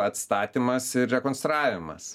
atstatymas ir rekonstravimas